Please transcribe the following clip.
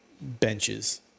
benches